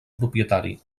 propietari